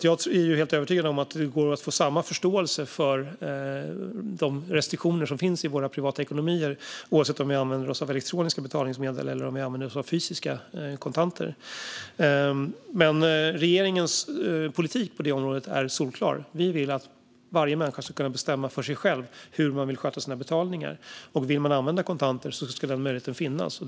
Jag är helt övertygad om att det går att få samma förståelse för de restriktioner som finns i vår privatekonomi oavsett om vi använder oss av elektroniska betalningsmedel eller fysiska kontanter. Men regeringens politik på det området är solklar. Vi vill att varje människa ska kunna bestämma själv hur man ska sköta sina betalningar. Vill man använda kontanter ska den möjligheten finnas.